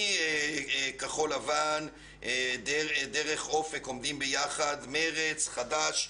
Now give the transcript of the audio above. מכחול לבן דרך "אופק עומדים ביחד", מרצ, וחד"ש.